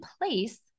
place